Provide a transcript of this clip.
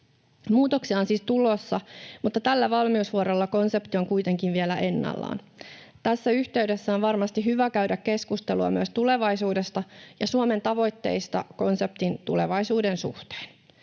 Muutoksia on siis tulossa, mutta tällä valmiusvuorolla konsepti on kuitenkin vielä ennallaan. Tässä yhteydessä on varmasti hyvä käydä keskustelua myös tulevaisuudesta ja Suomen tavoitteista konseptin tulevaisuuden suhteen.